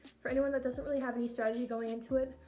for anyone that doesn't really have any strategy going into it,